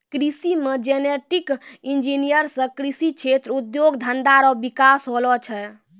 कृषि मे genetic engineer से कृषि क्षेत्र उद्योग धंधा रो विकास होलो छै